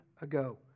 ago